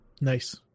Nice